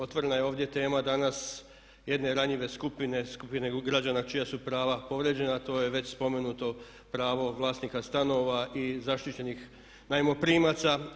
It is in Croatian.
Otvorena je ovdje tema danas jedne ranjive skupine, skupine građana čija su prava povrijeđena, a to je već spomenuto pravo vlasnika stanova i zaštićenih najmoprimaca.